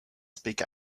speak